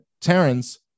terrence